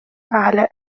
على